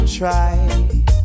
try